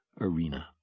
arena